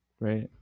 right